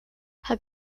her